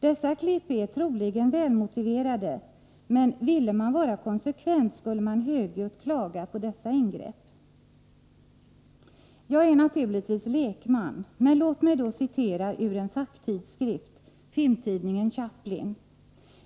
Dessa klipp är troligen välmotiverade, men ville man vara konsekvent skulle man högljutt klaga på dessa ingrepp. Jag är naturligtvis lekman, men låt mig då citera ur en facktidskrift, filmtidningen Chaplin.